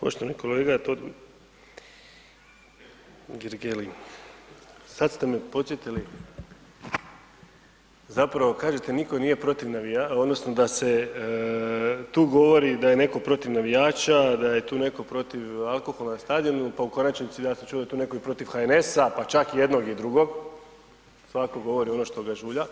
Poštovani kolega, sad ste me podsjetili, zapravo kažete niko nije protiv navijača odnosno da se tu govori da je neko protiv navijača, da je tu neko protiv alkohola na stadionu, pa u konačnici, ja sam čuo da je tu neko i protiv HNS-a, pa čak jednog i drugog, svako govori ono što ga žulja,